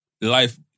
Life